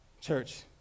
Church